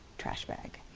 plus back